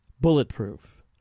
bulletproof